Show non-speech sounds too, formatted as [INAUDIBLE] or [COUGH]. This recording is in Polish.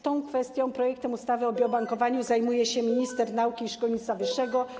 Tą kwestią, projektem ustawy o [NOISE] biobankowaniu zajmuje się minister nauki i szkolnictwa wyższego.